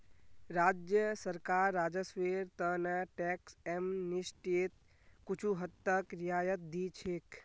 राज्य सरकार राजस्वेर त न टैक्स एमनेस्टीत कुछू हद तक रियायत दी छेक